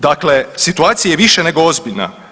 Dakle situacija je više nego ozbiljna.